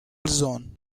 zone